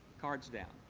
cards down.